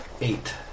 Eight